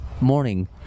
Morning